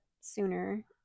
sooner